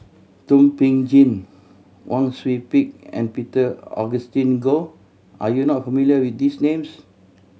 Thum Ping Tjin Wang Sui Pick and Peter Augustine Goh are you not familiar with these names